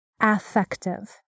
affective